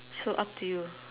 so up to you